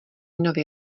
nový